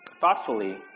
thoughtfully